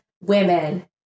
women